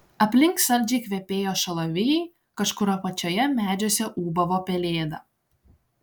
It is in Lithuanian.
aplink saldžiai kvepėjo šalavijai kažkur apačioje medžiuose ūbavo pelėda